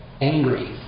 angry